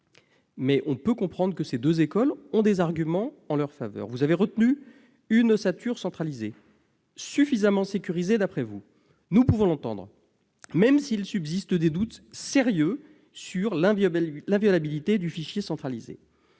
mais on peut comprendre que ces deux solutions ont des arguments en leur faveur. Vous avez retenu une ossature centralisée, suffisamment sécurisée d'après vous. Nous pouvons l'entendre, même s'il subsiste des doutes sérieux sur l'inviolabilité du fichier centralisé.